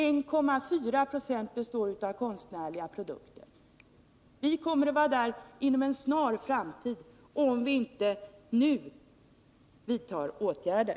Bara 1,4 90 består av konstnärliga produkter. Vi kommer själva att vara i samma situation inom en snar framtid om vi inte nu vidtar åtgärder.